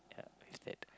yeah it's that